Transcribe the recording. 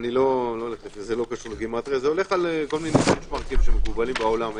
זה הולך על מרכיבים שמקובלים בעולם.